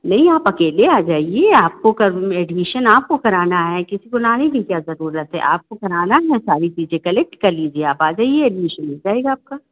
नहीं आप अकेले आ जाइए आपको कर एडमिशन आपको कराना है किसी को लाने की क्या ज़रूरत है आपको कराना है सारी चीज़ें कलेक्ट कर लीजिए आप आ जाइए एडमिशन हो जाएगा आपका